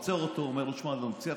עוצר אותו, אומר לו: שמע, אדוני, צא החוצה.